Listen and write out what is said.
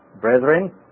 Brethren